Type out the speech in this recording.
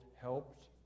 helped